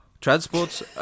transports